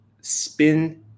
spin